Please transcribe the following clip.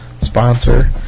sponsor